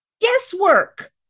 guesswork